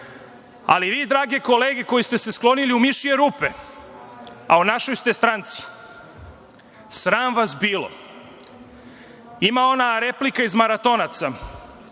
na tome. Drage kolege koji ste se sklonili u mišje rupe, a u našoj ste stranci, sram vas bilo. Ima ona replika iz „Maratonaca“: